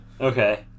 Okay